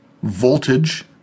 Voltage